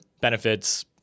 benefits